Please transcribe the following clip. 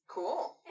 Cool